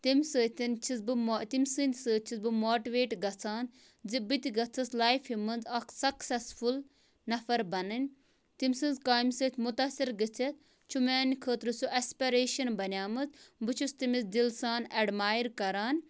تَمہِ سۭتۍ چھس بہٕ مو تٔمہِ سٕندۍ سۭتۍ چھس بہٕ ماٹِویٹ گَژھان زِ بہٕ تہِ گٔژھس لایفہِ مَنٛز اَکھ سَکسیٚسفُل نَفَر بَنٕنۍ تٔمۍ سٕنٛز کامہِ سۭتۍ مُتٲثر گٔژِتھ چھُ میانہٕ خٲطرٕ سُہ ایٚسپیریشَن بنیامٕژ بہٕ چھُس تٔمِس دِلہٕ سان ایڑمایَر کَران